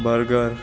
burger